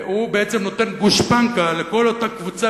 והוא בעצם נותן גושפנקה לכל אותה קבוצה